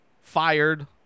fired